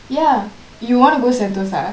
ya you want to go sentosa